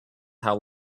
how